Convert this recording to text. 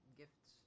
gifts